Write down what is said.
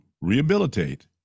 rehabilitate